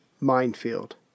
minefield